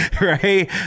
right